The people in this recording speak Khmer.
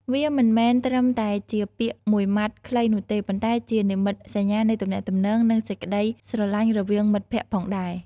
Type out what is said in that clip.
វាមិនមែនត្រឹមតែជាពាក្យមួយម៉ាត់ខ្លីនោះទេ ប៉ុន្តែជានិមិត្តសញ្ញានៃទំនាក់ទំនង និងសេចក្ដីស្រលាញ់រវាងមិត្តភក្ដិផងដែរ។